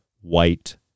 white